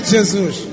Jesus